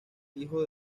hijo